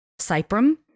Cyprum